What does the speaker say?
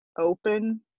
open